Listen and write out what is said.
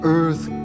earth